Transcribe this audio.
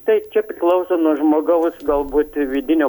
tai čia priklauso nuo žmogaus galbūt vidinio